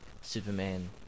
Superman